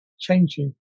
changing